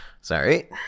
sorry